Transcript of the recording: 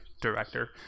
director